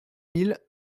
mille